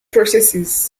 processes